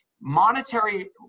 monetary